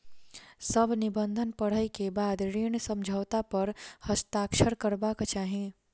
सभ निबंधन पढ़ै के बाद ऋण समझौता पर हस्ताक्षर करबाक चाही